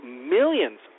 millions